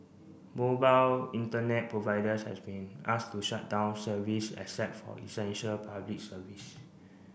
Mobile Internet providers has been asked to shut down service except for essential Public Service